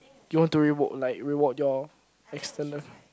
you want to reward like reward your extended